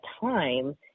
time